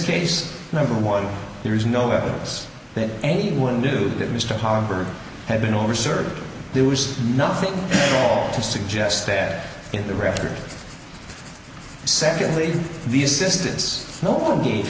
case number one there is no evidence that anyone knew that mr harper had been over served there was nothing at all to suggest that in the aftermath secondly the assistance